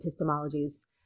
epistemologies